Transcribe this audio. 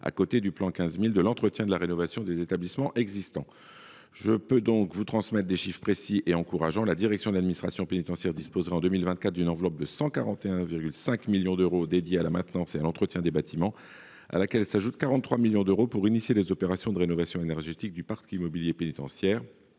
du plan « 15 000 », de l’entretien et de la rénovation des établissements existants. À cet égard, je peux vous transmettre des chiffres précis et encourageants : la direction de l’administration pénitentiaire disposerait en 2024 d’une enveloppe de 141,5 millions d’euros consacrée à la maintenance et à l’entretien des bâtiments, à laquelle s’ajouteront 43 millions d’euros pour engager les opérations de rénovation énergétique du parc immobilier pénitentiaire.